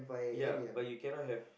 ya but you cannot have